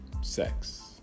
sex